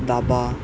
দাবা